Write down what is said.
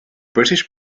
british